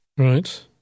Right